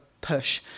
push